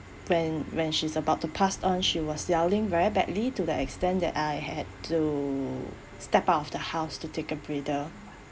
when when she's about to passed on she was yelling very badly to the extent that I had to step out of the house to take a breather